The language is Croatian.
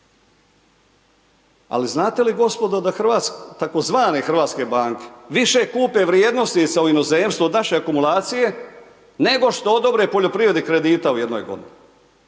Ali, znate li gospodo da tzv. hrvatske banke više kupe vrijednosti iz inozemstva od naše akumulacije, nego što odobre poljoprivrednih kredita u jednoj godini,